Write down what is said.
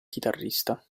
chitarrista